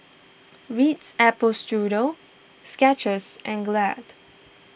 Ritz Apple Strudel Skechers and Glad